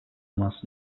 must